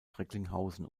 recklinghausen